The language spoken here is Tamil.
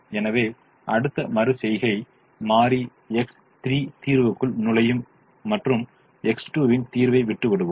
எனவே அடுத்த மறு செய்கை மாறி X3 தீர்வுக்குள் நுழையும் மற்றும் மாறி எக்ஸ் 2 வின் தீர்வை விட்டு விடுவோம்